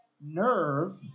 nerve